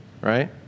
Right